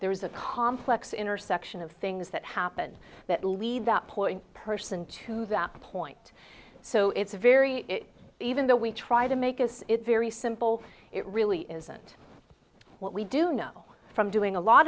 there is a complex intersection of things that happen that lead that poor person to that point so it's very even though we try to make it very simple it really isn't what we do know from doing a lot